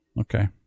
Okay